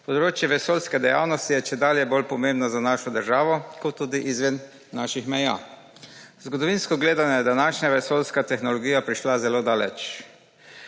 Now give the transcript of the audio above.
Področje vesoljske dejavnosti je čedalje bolj pomembno za našo državo kot tudi izven naših meja. Zgodovinsko gledano je današnja vesoljska tehnologija prišla zelo daleč.